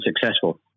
successful